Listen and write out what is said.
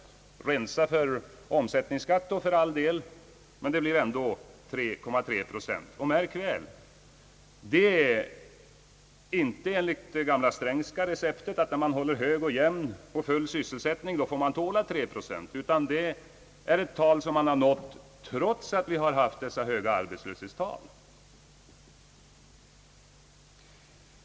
Om man rensar den ökningen från omsättningsskatt blir den ändå 3,3 procent. Märk väl att detta inte är enligt det gamla Strängska receptet, att när man håller hög och jämn och full sysselsättning, får man tåla 3 procent. Detta tal har vi Allmänpolitisk debatt nått trots att vi haft dessa höga arbetslöshetstal.